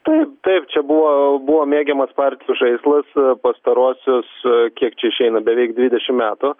taip taip čia buvo buvo mėgiamas partijų žaislas pastaruosius kiek čia išeina beveik dvidešim metų